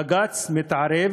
בג"ץ מתערב